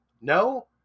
No